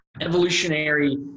evolutionary